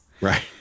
Right